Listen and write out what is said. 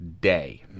day